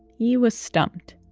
he was stumped